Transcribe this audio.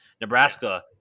nebraska